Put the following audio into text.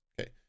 Okay